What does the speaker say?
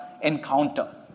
encounter